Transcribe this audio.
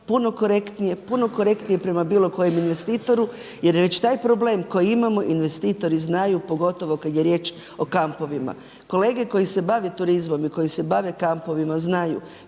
puno korektnije prema bilo kojem investitoru jer je već taj problem koji imamo investitori znaju pogotovo kada je riječ o kampovima. Kolege koje se bave turizmom i koji se bave kampovima znaju,